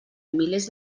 milers